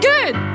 Good